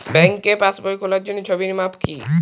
ব্যাঙ্কে পাসবই খোলার জন্য ছবির মাপ কী?